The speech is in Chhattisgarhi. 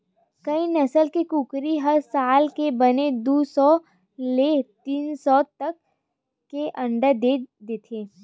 कइ नसल के कुकरी ह साल म बने दू सौ ले तीन सौ तक के अंडा दे देथे